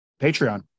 patreon